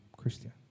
Christian